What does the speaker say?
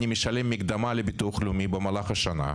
אני משלם מקדמה לביטוח הלאומי במהלך השנה.